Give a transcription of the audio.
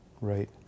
Right